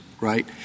right